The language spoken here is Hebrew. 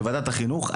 בוועדת החינוך?